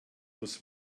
muss